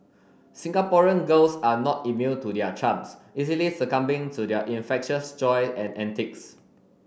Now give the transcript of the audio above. Singaporean girls are not immune to their charms easily succumbing to their infectious joy and antics